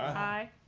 aye.